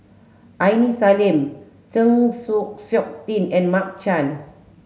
Aini Salim Chng Seok Tin and Mark Chan